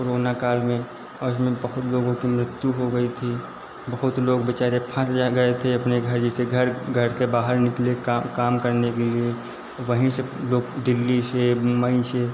corona काल में और इसमें बहुत लोगों की मृत्यु हो गई थी बहुत लोग बेचारे फंस जा गए थे अपने घर जैसे घर घर से बहार निकले का काम करने के लिए वहीं से लोग दिल्ली से मुम्मई से